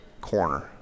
corner